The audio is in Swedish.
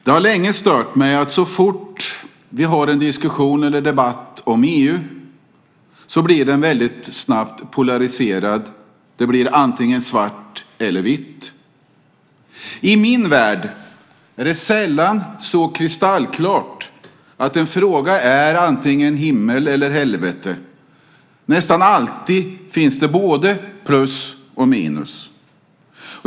Det har länge stört mig att så fort vi har en diskussion eller debatt om EU blir den snabbt polariserad. Det blir antingen svart eller vitt. I min värld är det sällan så kristallklart att en fråga är antingen himmel eller helvete. Nästan alltid finns det både plus och minus.